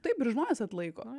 taip ir žmonės atlaiko